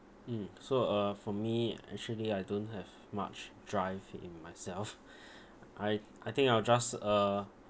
mm so uh for me actually I don't have much drive in myself I I think I'll just uh